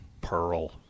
Pearl